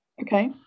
Okay